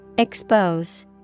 Expose